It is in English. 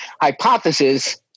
hypothesis